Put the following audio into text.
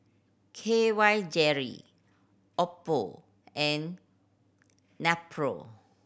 K Y Jelly Oppo and Nepro